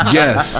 yes